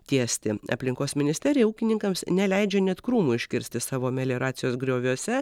tiesti aplinkos ministerija ūkininkams neleidžia net krūmų iškirsti savo melioracijos grioviuose